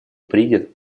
принят